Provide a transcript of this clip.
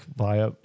via